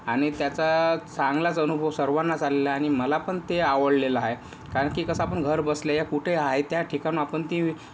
आणि त्याचा चांगलाच अनुभव सर्वानाच आलेला आहे आणि मला पण ते आवडलेलं आहे कारण की कसं आपण घरबसल्याही कुठे आहे त्या ठिकाणाहून आपण ती